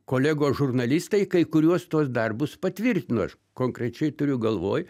kolegos žurnalistai kai kuriuos tuos darbus patvirtino aš konkrečiai turiu galvoj